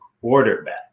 quarterback